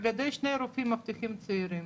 על ידי שני רופאים מבטיחים צעירים